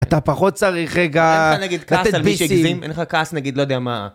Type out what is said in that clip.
אתה פחות צריך רגע... אין לך נגיד כעס על מי שהגזים? אין לך כעס נגיד לא יודע מה...